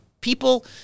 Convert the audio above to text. people